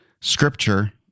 scripture